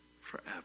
forever